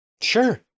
Sure